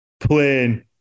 plain